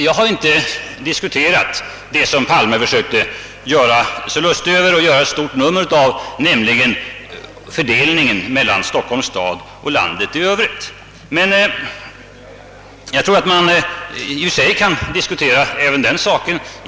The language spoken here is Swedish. Jag har inte tagit upp till diskussion det som herr Palme försökte göra sig lustig över och ville göra till ett stort nummer, nämligen fördelningen mellan Stockholms stad och landet i övrigt. Men visst kan vi diskutera även den saken.